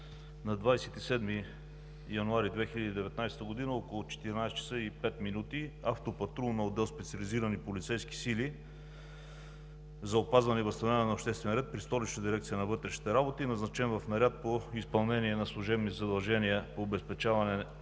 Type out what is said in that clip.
на 27 януари 2019 г., около 14,05 ч. автопатрул на отдел „Специализирани полицейски сили за опазване и възстановяване на обществения ред“ при Столична дирекция на вътрешните работи, назначен в наряд по изпълнение на служебни задължения по обезпечаване